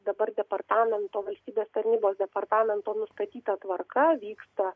dabar departamento valstybės tarnybos departamento nustatyta tvarka vyksta